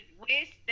Wish